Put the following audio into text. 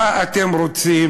מה אתם רוצים?